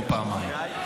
או פעמיים.